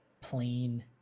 plain